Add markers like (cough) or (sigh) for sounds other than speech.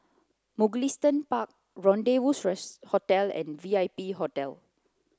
Mugliston Park Rendezvous (unintelligible) Hotel and V I P Hotel